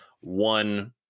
one